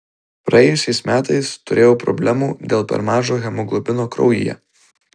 praėjusiais metais turėjau problemų dėl per mažo hemoglobino kraujyje